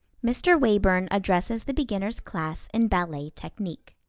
mr. wayburn addresses the beginners' class in ballet technique